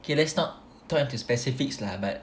okay let's not talk into specific lah but